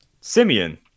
Simeon